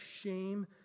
shame